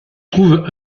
trouve